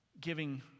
giving